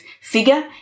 figure